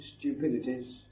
stupidities